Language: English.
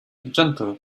gentle